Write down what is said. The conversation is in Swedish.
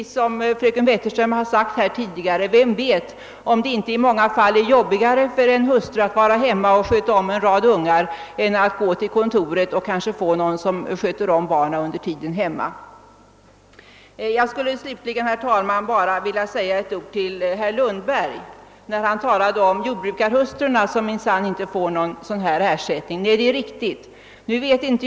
Som fröken Wetterström sade tidigare är det kanske i många fall arbetsammare för en hustru att vara hemma och sköta om barnen än att gå till kontoret och anlita någon som under tiden har hand om barnen i hemmet. Jag skulle slutligen, herr talman, vilja säga några ord i anledning av vad herr Lundberg anförde beträffande jordbrukarhustrurna; de får minsann inte någon sådan här ersättning, framhöll han. Nej, det är riktigt.